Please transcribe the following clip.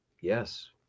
yes